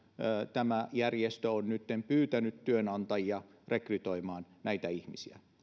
tämä järjestö on nytten pyytänyt työnantajia rekrytoimaan näitä ihmisiä